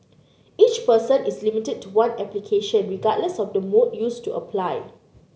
each person is limited to one application regardless of the mode used to apply